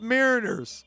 Mariners